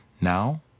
now